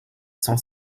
sans